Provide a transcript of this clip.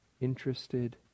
interested